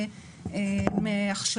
מעכשיו.